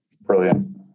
Brilliant